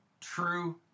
True